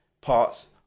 parts